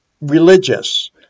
religious